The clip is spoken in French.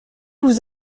vous